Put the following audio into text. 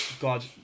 God